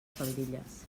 faldilles